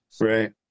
Right